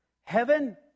heaven